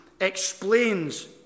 explains